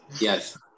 Yes